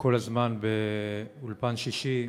כל הזמן ב"אולפן שישי".